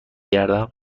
گردم